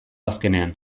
azkenean